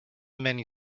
many